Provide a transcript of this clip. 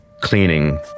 cleaning